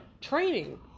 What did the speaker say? Training